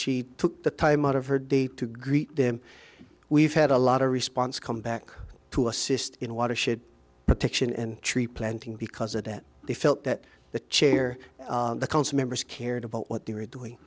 she took the time out of her day to greet them we've had a lot of response come back to assist in watershed protection and tree planting because of that they felt that the chair the council members cared about what they were doing